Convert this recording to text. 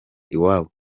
iwabo